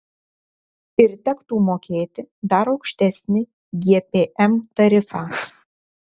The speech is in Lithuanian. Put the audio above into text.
ir tektų mokėti dar aukštesnį gpm tarifą